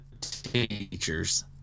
teachers